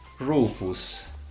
Rufus